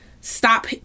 stop